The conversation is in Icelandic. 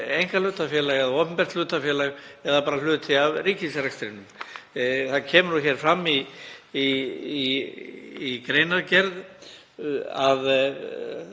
einkahlutafélag eða opinbert hlutafélag eða bara hluti af ríkisrekstrinum? Það kemur m.a. fram í greinargerð að